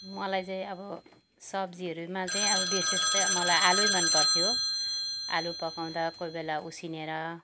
मलाई चाहिँ अब सब्जीहरूमा चाहिँ अब बेसी जस्तै अब मलाई आलु नै मनपर्थ्यो आलु पकाउँदा कोही बेला उसिनेर